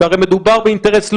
שמסודר באינטרס לאומי.